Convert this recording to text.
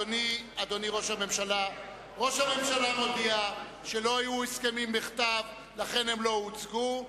ראש הממשלה מודיע שלא היו הסכמים בכתב ולכן הם לא הוצגו,